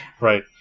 Right